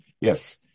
Yes